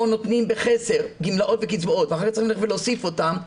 או נותנים בחסר גמלאות וקצבאות ואחר כך צריך להוסיף אותם,